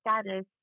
status